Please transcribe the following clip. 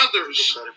others